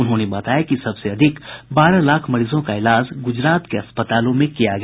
उन्होंने बताया कि सबसे ज्यादा बारह लाख मरीजों का इलाज गुजरात के अस्पतालों में किया गया